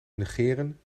negeren